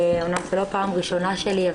אומנם זו לא פעם הראשונה שלי,